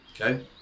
okay